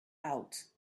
out